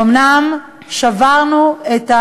אומנם שברנו את,